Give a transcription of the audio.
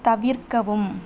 தவிர்க்கவும்